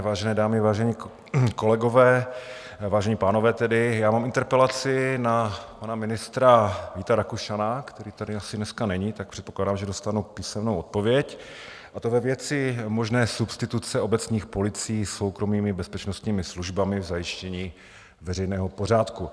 Vážené dámy, vážení kolegové, vážení pánové, já mám interpelaci na pana ministra Víta Rakušana, který tady asi dneska není, tak předpokládám, že dostanu písemnou odpověď, a to ve věci možné substituce obecních policií soukromými bezpečnostními službami v zajištění veřejného pořádku.